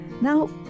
Now